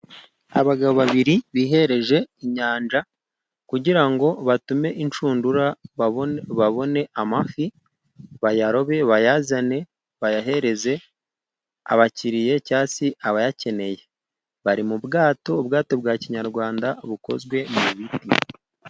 Abagabo babiri bihereje inyanja. Kugirango ngo batume inshundura babone amafi, bayarobe bayazane bayahereze abakiriya cyasi abayakeneye. Bari mu bwato ubwato bwa kinyarwanda bukozwe mu biti.